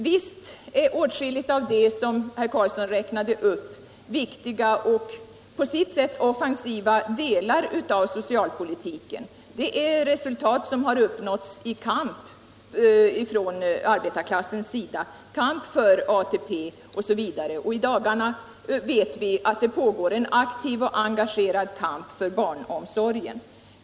Visst är åtskilligt av det som herr Karlsson räknade upp viktiga och på sitt sätt offensiva delar av socialpolitiken. Det är resultat som har uppnåtts i arbetarklassens kamp för ATP osv. I dagarna pågår en aktiv och engagerad kamp för barnomsorgen.